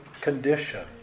condition